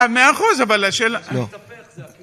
100% אבל השאלה...